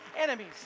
enemies